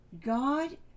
God